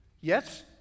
yes